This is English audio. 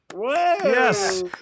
Yes